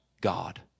God